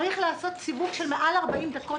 צריך לעשות סיבוב של מעל 40 דקות,